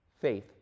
Faith